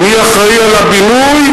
מי אחראי לבינוי?